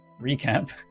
recap